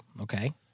Okay